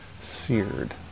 seared